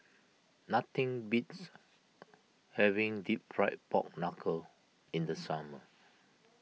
nothing beats having Deep Fried Pork Knuckle in the summer